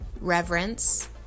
reverence